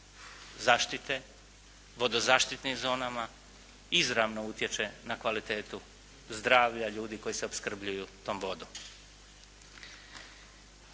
zaštite, vodozaštitnim zonama izravno utječe na kvalitetu zdravlja ljudi koji se opskrbljuju tom vodom.